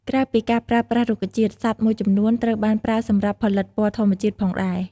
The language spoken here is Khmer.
ក្រៅពីការប្រើប្រាស់រុក្ខជាតិ សត្វមួយចំនួន ត្រូវបានប្រើសម្រាប់ផលិតពណ៌ធម្មជាតិផងដែរ។